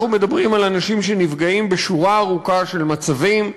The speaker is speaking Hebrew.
אנחנו מדברים על אנשים שנפגעים בשורה ארוכה של מצבים,